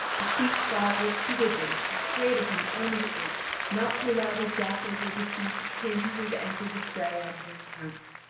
beseech god repeatedly and pray to him earnestly not to allow the death or the defeat of him who has entered the fray on her account.